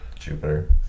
Jupiter